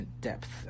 depth